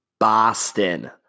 Boston